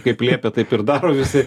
kaip liepė taip ir daro visi